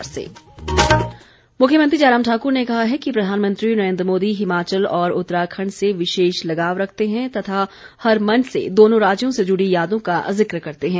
जयराम मुख्यमंत्री जयराम ठाक्र ने कहा है कि प्रधानमंत्री नरेन्द्र मोदी हिमाचल और उत्तराखण्ड से विशेष लगाव रखते हैं तथा हर मंच से दोनों राज्यों से जुड़ी यादों का ज़िक्र करते हैं